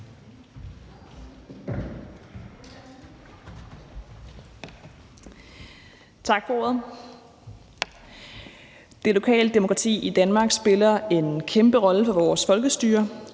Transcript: Tak for ordet. Det lokale demokrati i Danmark spiller en kæmpe rolle for vores folkestyre.